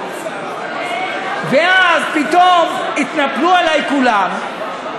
ואז פתאום התנפלו עלי כולם,